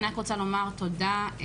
אני רוצה להודות לחברתי,